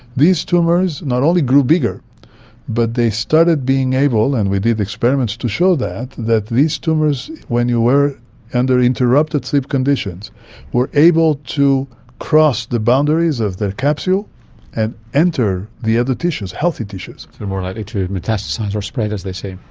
these tumours not only grew bigger but they started being able, and we did experiments to show that, that these tumours when you were under interrupted interrupted sleep conditions were able to cross the boundaries of their capsule and enter the other tissues, healthy tissues. so more likely to metastasise or spread, as they say.